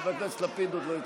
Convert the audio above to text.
חבר הכנסת לפיד, עוד לא הצבענו.